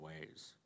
ways